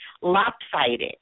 lopsided